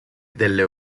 delle